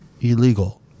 illegal